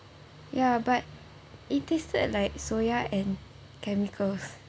ya but it tasted like soya and chemicals